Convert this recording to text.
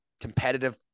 competitive